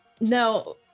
now